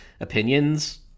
opinions